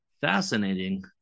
fascinating